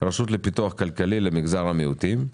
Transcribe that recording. הרשות לפיתוח כלכלי למגזר המיעוטים,